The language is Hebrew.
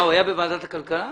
הוא היה בוועדת הכלכלה?